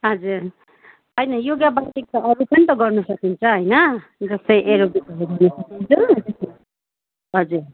हजुर होइन योगा बाहेक त अरू पनि त गर्नु सकिन्छ होइन जस्तै एरोबिकहरू गर्नु सकिन्छ हजुर